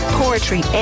poetry